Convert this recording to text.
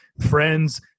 friends